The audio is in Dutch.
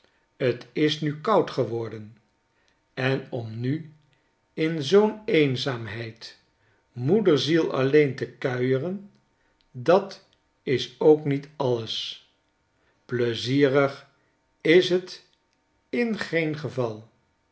t is nu koud geworden en om nu in zoo'n eenzaamheid moederziel alleen te kuieren dat is ook niet alles pleizierigis'tingeengeval